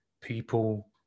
people